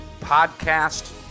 podcast